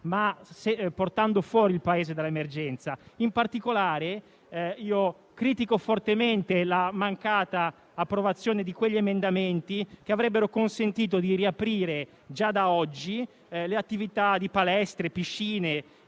ma portando il Paese fuori dall'emergenza. In particolare, critico fortemente la mancata approvazione di quegli emendamenti che avrebbero consentito di riaprire già da oggi le attività di palestre, piscine,